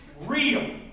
real